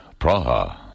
Praha